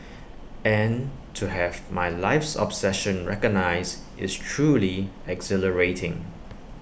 and to have my life's obsession recognised is truly exhilarating